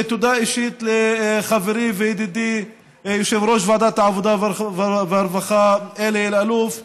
ותודה אישית לחברי וידידי יושב-ראש ועדת העבודה והרווחה אלי אלאלוף.